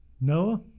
Noah